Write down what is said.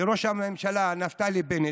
לראש הממשלה נפתלי בנט,